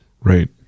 Right